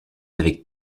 avec